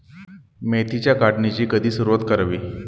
मेथीच्या काढणीची कधी सुरूवात करावी?